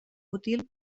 útil